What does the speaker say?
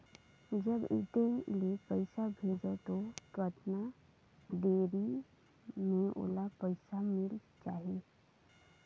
जब इत्ते ले पइसा भेजवं तो कतना देरी मे ओला पइसा मिल जाही?